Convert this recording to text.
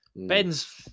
Ben's